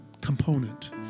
component